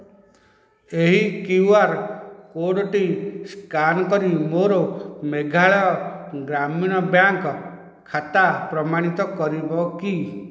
ଏହି Q R କୋଡ଼ଟି scan କରି ମୋ ମେଘାଳୟ ଗ୍ରାମୀଣ ବ୍ୟାଙ୍କ ଖାତା ପ୍ରମାଣିତ କରିବ କି